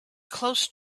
close